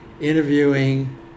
interviewing